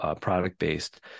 product-based